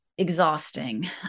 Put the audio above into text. Exhausting